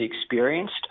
experienced